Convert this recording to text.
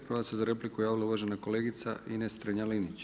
Prva se za repliku javila uvažena kolegica Ines Strenja-Linić.